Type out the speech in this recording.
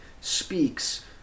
speaks